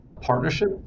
partnership